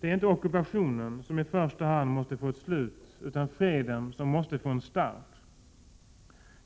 Det är inte i första hand ockupationen som måste få ett slut, utan freden som måste få en start.